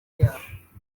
byaha